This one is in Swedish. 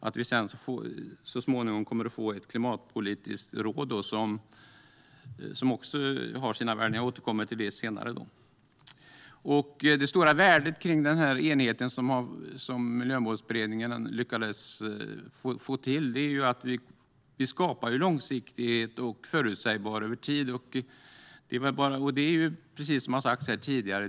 Vi kommer så småningom att få ett klimatpolitiskt råd som också har sina värden, och jag återkommer till det senare. Det stora värdet av den enighet som Miljömålsberedningen lyckades få till är att vi skapar långsiktighet och förutsägbarhet över tid. Det är precis som har sagts här tidigare.